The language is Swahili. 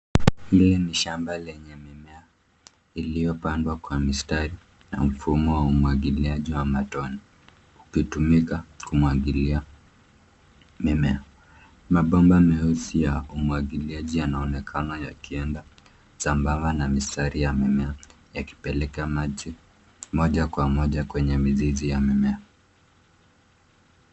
Hili ni shamba lenye mimea iliyopandwa kwa mistari na mfumo wa umwagiliaji wa matone ukitumika kumwagilia mimea, mabomba meusi ya umwagiliaji yanaonekana yakienda sambamba na mistari ya mimea yakipeleka maji moja kwa moja kwenye mizizi ya mimea.